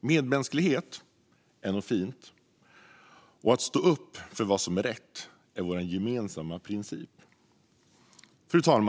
Medmänsklighet är något fint, och att stå upp för vad som är rätt är vår gemensamma princip. Fru talman!